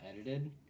edited